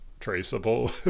Traceable